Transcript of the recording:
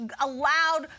allowed